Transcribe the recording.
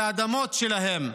על האדמות שלהם,